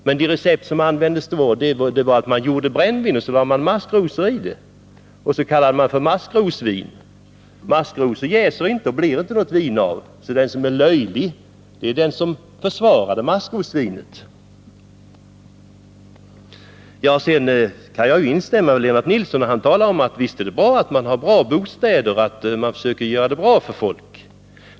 Men det recept som användes var att man gjorde brännvin och lade maskrosor i det, och så kallade man det för maskrosvin. Maskrosor jäser inte, så det blir inte något vin av dem — den som är löjlig är därför den som försvarade maskrosvinet. Jag kan instämma med Lennart Nilsson när han säger att visst är det bra att ha goda bostäder och att man försöker göra det bra för folk.